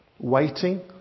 Waiting